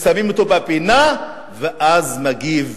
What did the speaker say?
שמים אותו בפינה, ואז הוא מגיב,